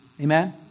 Amen